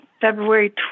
February